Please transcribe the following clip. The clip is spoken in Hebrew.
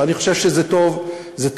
ואני חושב שזה טוב לכולם.